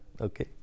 Okay